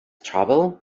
travel